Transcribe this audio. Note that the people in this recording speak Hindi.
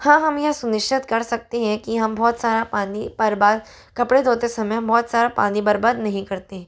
हाँ हम यह सुनिश्चित कर सकते हैं कि हम बहुत सारा पानी पर बर्बाद कपड़े धोते समय हम बहुत सारा पानी बर्बाद नहीं करते